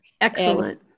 Excellent